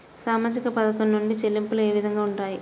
సామాజిక పథకం నుండి చెల్లింపులు ఏ విధంగా ఉంటాయి?